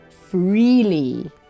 freely